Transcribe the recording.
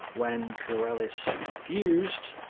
when kurelis refused,